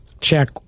check